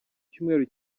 cyumweru